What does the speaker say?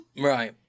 right